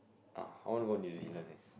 oh I want to go New-Zealand eh